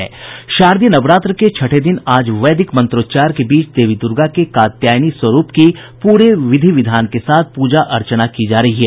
शारदीय नवरात्र के छठे दिन आज वैदिक मंत्रोच्चार के बीच देवी दूर्गा के कात्यायनी स्वरूप की पूरे विधि विधान के साथ पूजा अर्चना की जा रही है